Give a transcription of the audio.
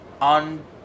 On